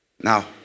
Now